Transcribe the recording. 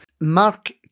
Mark